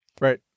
Right